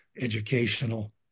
educational